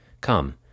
Come